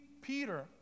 Peter